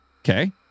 Okay